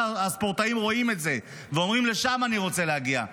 הספורטאים רואים את זה ואומרים: לשם אני רוצה להגיע,